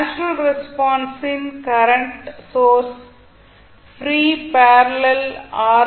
natural ரெஸ்பான்ஸின் current source free parallel R